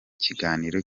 kiganiro